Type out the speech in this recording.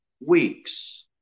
weeks